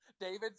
David